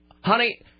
Honey